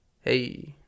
hey